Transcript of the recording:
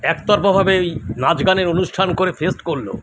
এক তরফাভাবে ওই নাচ গানের অনুষ্ঠান করে ফেস্ট করল